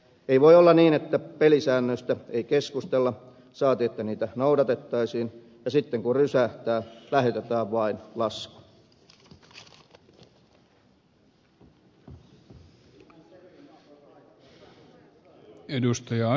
ei voi olla niin että pelisäännöistä ei keskustella saati että niitä ei noudatettaisi ja sitten kun rysähtää lähetetään vain lasku